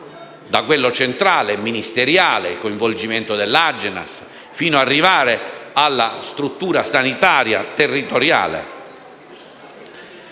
da quello centrale e ministeriale, al coinvolgimento dell'Agenas, fino ad arrivare alla struttura sanitaria territoriale.